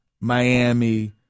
Miami